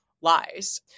lies